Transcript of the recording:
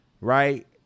right